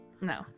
no